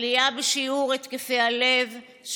עלייה בשיעור התקפי הלב,